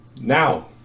Now